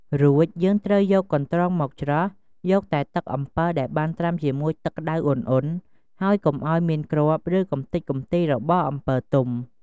រួចយើងត្រូវយកកន្ត្រងមកច្រោះយកតែទឹកអំពិលដែលបានត្រាំជាមួយទឹកក្ដៅឧណ្ហៗ ហើយកុំអោយមានគ្រាប់ឬកម្ទេចកម្ទីរបស់អំពិលទុំ។